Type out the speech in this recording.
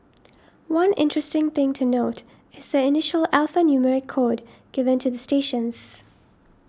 one interesting thing to note is the initial alphanumeric code given to the stations